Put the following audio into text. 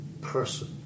person